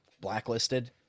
blacklisted